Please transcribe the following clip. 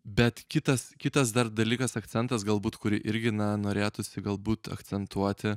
bet kitas kitas dar dalykas akcentas galbūt kurį irgi na norėtųsi galbūt akcentuoti